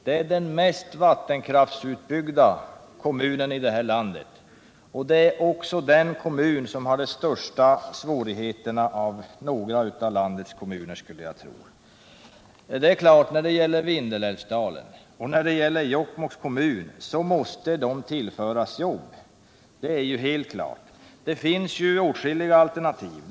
Det är den mest vattenkraftsutbyggda kommunen här i landet, och jag skulle tro att det är den kommun som har de största svårigheterna i landet. Det är helt klart att Vindelådalen och Jokkmokks kommun måste tillföras jobba och det finns åtskilliga alternativ.